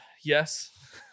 Yes